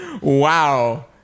Wow